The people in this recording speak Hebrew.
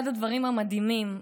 אחד הדברים המדהימים,